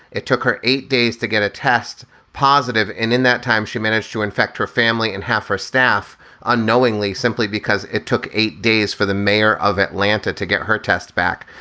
it took her eight days to get a test positive. and in that time, she managed to infect her family and half her staff unknowingly, simply because it took eight days for the mayor of atlanta to get her test back.